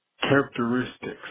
characteristics